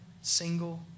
single